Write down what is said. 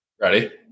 Ready